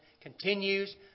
continues